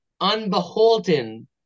unbeholden